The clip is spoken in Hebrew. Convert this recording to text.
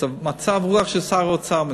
מצב הרוח של שר האוצר מצוין,